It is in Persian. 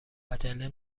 عجله